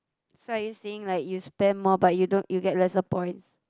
so are you saying like you spend more but you don't you get lesser points